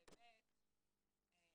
אני עובדת אצל הציבור.